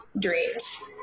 dreams